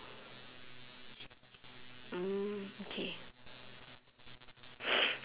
mm okay